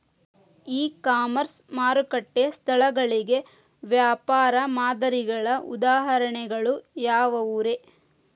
E commerce ಮಾರುಕಟ್ಟೆ ಸ್ಥಳಗಳಿಗೆ ವ್ಯಾಪಾರ ಮಾದರಿಗಳ ಉದಾಹರಣೆಗಳು ಯಾವವುರೇ?